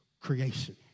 creation